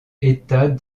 état